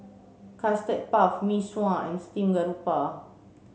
custard puff Mee Sua and steamed garoupa